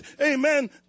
amen